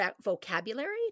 vocabulary